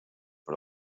per